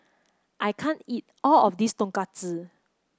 I can't eat all of this Tonkatsu